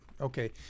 Okay